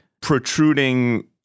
protruding